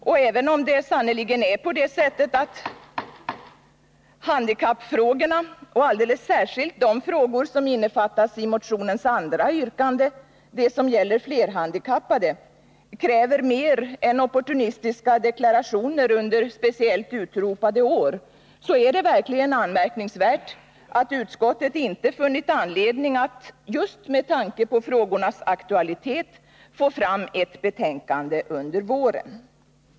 Och även om det sannerligen är på det sättet att handikappfrågorna, och alldeles särskilt de frågor som innefattas i motionens andra yrkande, det som gäller flerhandikappade, kräver mer än opportunistiska deklarationer under speciellt utropade år, är det verkligen anmärkningsvärt att utskottet inte funnit anledning att — just med tanke på frågornas aktualitet — få fram ett betänkande under våren.